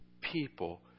people